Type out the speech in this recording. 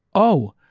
oh.